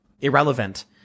irrelevant